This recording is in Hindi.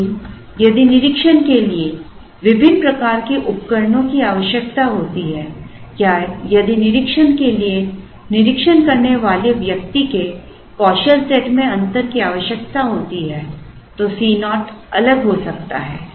लेकिन यदि निरीक्षण के लिए विभिन्न प्रकार के उपकरणों की आवश्यकता होती है या यदि निरीक्षण के लिए निरीक्षण करने वाले व्यक्ति के कौशल सेट में अंतर की आवश्यकता होती है तो Co अलग हो सकता है